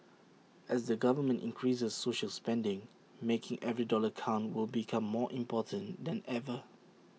as the government increases social spending making every dollar count will become more important than ever